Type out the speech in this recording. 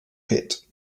pit